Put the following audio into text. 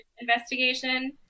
investigation